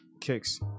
Kicks